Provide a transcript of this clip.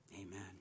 Amen